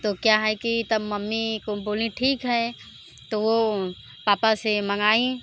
तो क्या है कि तब मम्मी को बोलीं ठीक है तो वो पापा से मंगाई